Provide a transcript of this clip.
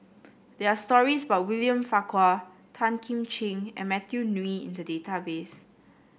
there are stories about William Farquhar Tan Kim Ching and Matthew Ngui in the database